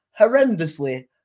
horrendously